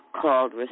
called